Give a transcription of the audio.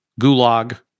gulag